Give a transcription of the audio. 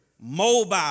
mobile